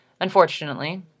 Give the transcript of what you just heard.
Unfortunately